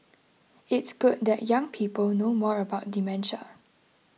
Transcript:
it's good that young people know more about dementia